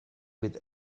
with